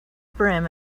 brim